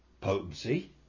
potency